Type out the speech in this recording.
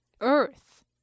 earth